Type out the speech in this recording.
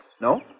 No